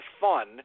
fun